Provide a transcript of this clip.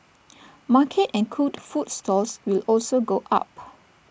market and cooked food stalls will also go up